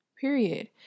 period